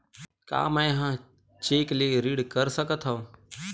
का मैं ह चेक ले ऋण कर सकथव?